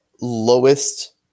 lowest